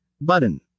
button